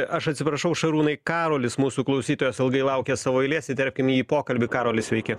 aš atsiprašau šarūnai karolis mūsų klausytojas ilgai laukia savo eilės įterpkim jį į pokalbį karoli sveiki